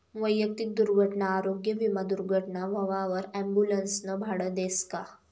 वैयक्तिक दुर्घटना आरोग्य विमा दुर्घटना व्हवावर ॲम्बुलन्सनं भाडं देस का?